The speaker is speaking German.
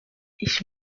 ich